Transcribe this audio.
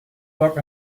luck